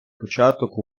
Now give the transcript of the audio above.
початок